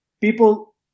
People